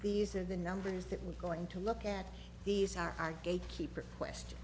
these are the numbers that we're going to look at these are our gatekeeper question